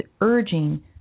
urging